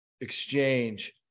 exchange